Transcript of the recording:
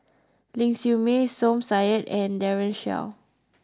Ling Siew May Som Said and Daren Shiau